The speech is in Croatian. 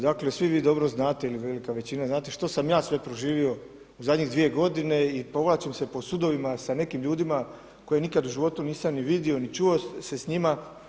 Dakle, svi vi dobro znate ili velika većina znate što sam ja sve proživio u zadnjih dvije godine i povlačim se po sudovima sa nekim ljudima koje nikad u životu nisam ni vidio ni čuo se s njima.